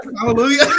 Hallelujah